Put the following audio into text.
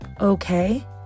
okay